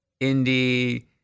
indie